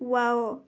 wow